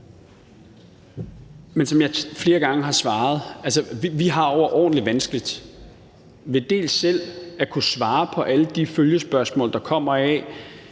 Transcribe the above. Men som jeg flere gange har svaret, har vi altså overordentlig vanskeligt ved selv at kunne svare på alle de følgespørgsmål, der kommer af,